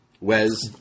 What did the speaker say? Wes